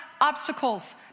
obstacles